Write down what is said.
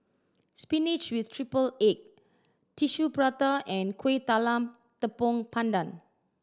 spinach with triple egg Tissue Prata and Kueh Talam Tepong Pandan